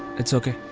its ok.